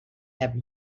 have